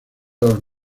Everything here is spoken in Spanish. los